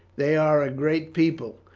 they are a great people.